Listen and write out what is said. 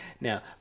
Now